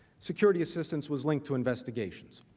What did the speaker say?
security assistance was linked to investigations.